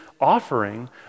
offering